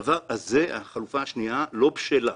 החלופה השנייה לא בשלה.